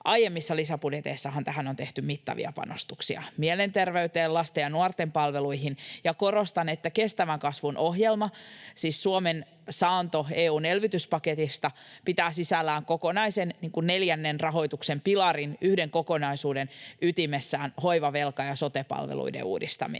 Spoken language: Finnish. aiemmissa lisäbudjeteissahan tähän on tehty mittavia panostuksia, mielenterveyteen, lasten ja nuorten palveluihin. Ja korostan, että kestävän kasvun ohjelma, siis Suomen saanto EU:n elvytyspaketista, pitää sisällään kokonaisen neljännen rahoituksen pilarin, yhden kokonaisuuden ytimessään hoivavelka ja sote-palveluiden uudistaminen.